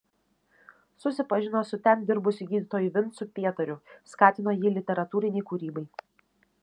susipažino su ten dirbusiu gydytoju vincu pietariu skatino jį literatūrinei kūrybai